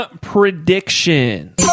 prediction